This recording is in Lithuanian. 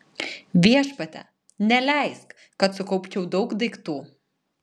viešpatie neleisk kad sukaupčiau daug daiktų